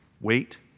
wait